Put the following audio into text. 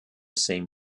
same